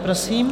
Prosím.